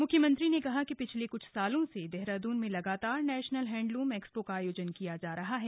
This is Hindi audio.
मुख्यमंत्री ने कहा कि पिछले कुछ सालों से देहरादून में लगातार नेशनल हैण्डलूम एक्सपो का आयोजन किया जा रहा है